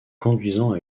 conduisant